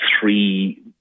three